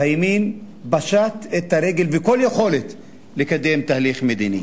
והימין פשט את הרגל בכל יכולת לקדם תהליך מדיני.